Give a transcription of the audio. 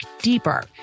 deeper